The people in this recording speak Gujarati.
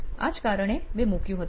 આ જ કારણે મેં મૂક્યું હતું